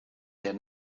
der